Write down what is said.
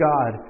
God